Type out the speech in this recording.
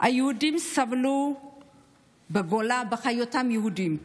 היהודים סבלו בגולה בהיותם יהודים.